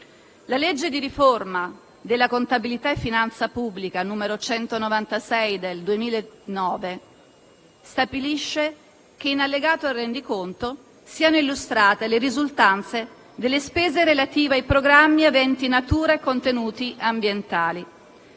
La legge di riforma della contabilità e finanza pubblica n. 196 del 2009 stabilisce che, in allegato al rendiconto, siano illustrate le risultanze delle spese relative ai programmi aventi natura e contenuti ambientali,